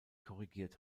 korrigiert